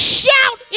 shout